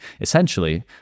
essentially